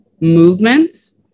movements